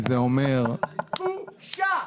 בושה.